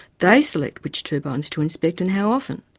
they select which turbines to inspect and how often.